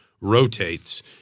rotates